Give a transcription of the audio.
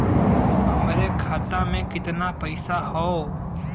हमरे खाता में कितना पईसा हौ?